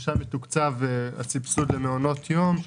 ששם מתוקצב הסבסוד למעונות יום.